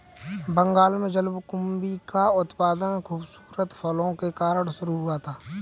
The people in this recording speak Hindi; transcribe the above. बंगाल में जलकुंभी का उत्पादन खूबसूरत फूलों के कारण शुरू हुआ था